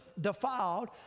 defiled